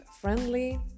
friendly